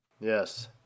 Yes